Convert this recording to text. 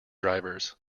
drivers